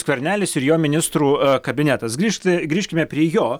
skvernelis ir jo ministrų kabinetas grįžta grįžkime prie jo